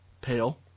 Pale